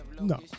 No